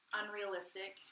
unrealistic